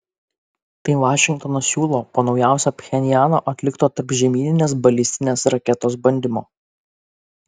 tai vašingtonas siūlo po naujausio pchenjano atlikto tarpžemyninės balistinės raketos bandymo